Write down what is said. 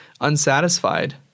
unsatisfied